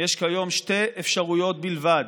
יש כיום שתי אפשרויות בלבד,